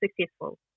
successful